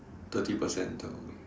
thirty percent down also